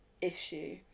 issue